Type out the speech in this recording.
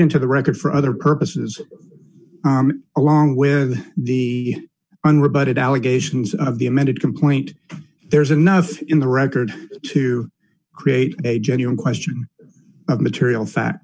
into the record for other purposes along with the unrebutted allegations of the amended complaint there's enough in the record to create a genuine question of material fact